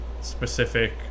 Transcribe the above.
specific